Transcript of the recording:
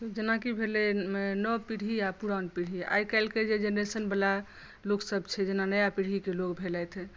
जेनाकि भेलै नव पीढ़ी आ पुरान पीढ़ी आइ काल्हि केॅं जे जेनरेशन वाला लोकसभ छथि जेना नया पीढ़ीकेँ भेलथि